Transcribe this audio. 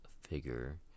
figure